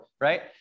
Right